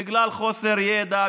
בגלל חוסר ידע,